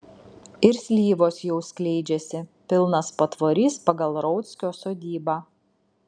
ir slyvos jau skleidžiasi pilnas patvorys pagal rauckio sodybą